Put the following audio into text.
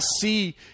see